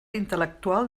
intel·lectual